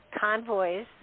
convoys